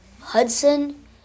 Hudson